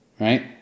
Right